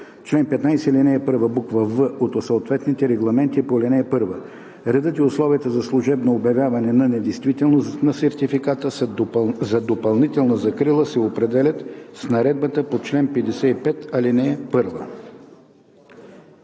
чл. 15, ал. 1, буква „в“ от съответните регламенти по ал. 1. Редът и условията за служебно обявяване на недействителност на сертификата за допълнителна закрила се определят с наредбата по чл. 55, ал.